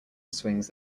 swings